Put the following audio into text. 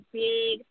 big